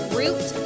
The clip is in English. root